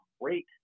great